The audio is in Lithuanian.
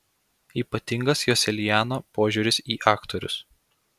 ypatingas joselianio požiūris į aktorius